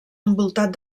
envoltat